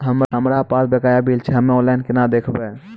हमरा पास बकाया बिल छै हम्मे ऑनलाइन केना देखबै?